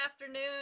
afternoon